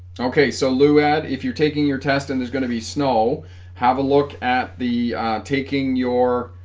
okay so loo add if you're taking your test and there's going to be snow have a look at the taking your